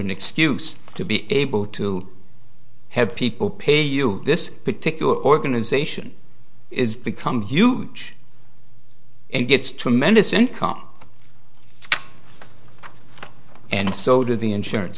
an excuse to be able to have people pay you this particular organization has become huge and gets tremendous income and so do the insurance